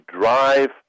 drive